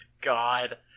god